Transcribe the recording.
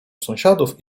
sąsiadów